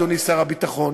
אדוני שר הביטחון,